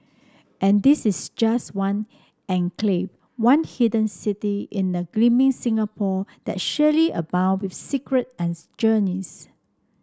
and this is just one enclave one hidden city in a gleaming Singapore that surely abound with secret and journeys